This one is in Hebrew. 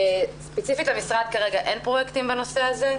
ספציפית למשרד כרגע אין פרויקטים בנושא הזה,